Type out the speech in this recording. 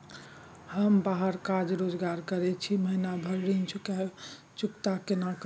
हम बाहर काज रोजगार करैत छी, महीना भर ऋण चुकता केना करब?